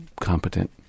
competent